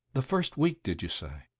the first week, did you say?